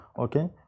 okay